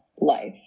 life